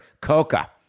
Coca